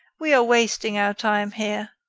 we are wasting our time here.